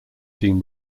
team